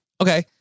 Okay